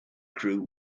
crew